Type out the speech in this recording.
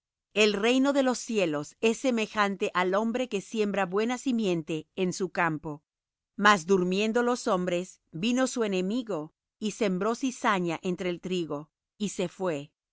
el reino de los cielos es semejante al hombre que siembra buena simiente en su campo mas durmiendo los hombres vino su enemigo y sembró cizaña entre el trigo y se fué y